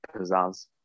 pizzazz